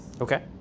Okay